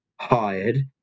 hired